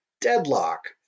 Deadlock